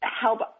help